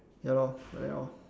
ya lor like that lor